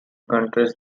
countries